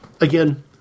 again